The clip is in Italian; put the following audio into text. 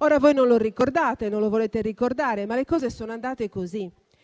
Ora voi non lo ricordate, non lo volete ricordare, ma le cose sono andate così.